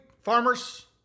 farmers